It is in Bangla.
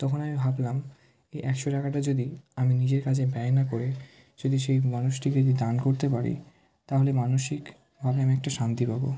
তখন আমি ভাবলাম এ একশো টাকাটা যদি আমি নিজের কাজে ব্যয় না করে যদি সেই মানুষটিকে যদি দান করতে পারি তাহলে মানসিকভাবে আমি একটু শান্তি পাব